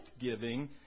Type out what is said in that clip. giving